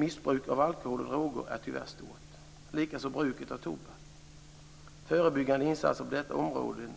Missbruket av alkohol och droger är tyvärr stort, likaså bruket av tobak. Förebyggande insatser på dessa områden